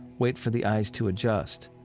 wait for the eyes to adjust,